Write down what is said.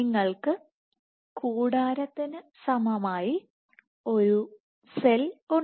നിങ്ങൾക്ക് കൂടാരത്തിന് സമമായി ഒരു സെൽ ഉണ്ട്